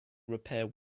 repair